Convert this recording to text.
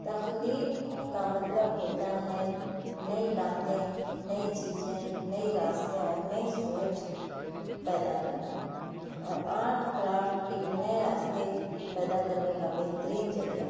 تخلیق کا مطلب ہوتا ہے نئی باتیں نئی چیزیں نئے راستے اور نئی سوچ پیدا کرنا اور آرٹ کرافٹ ایک نئے راستے پیدا کرنے کا بہترین ذریعہ ہے